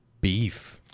Beef